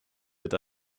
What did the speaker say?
wird